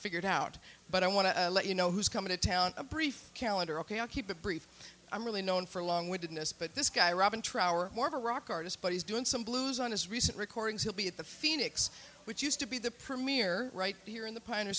figured out but i want to let you know who's coming to town a brief calendar ok i'll keep it brief i'm really known for a long winded in this but this guy robin trower more of a rock artist but he's doing some blues on his recent recordings he'll be at the phoenix which used to be the premier right here in the pioneer